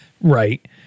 Right